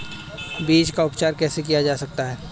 बीज का उपचार कैसे किया जा सकता है?